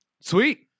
Sweet